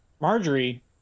Marjorie